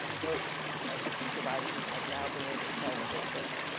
though the victim survivors says, i've now been able to tell the whole family.